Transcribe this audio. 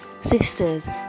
Sisters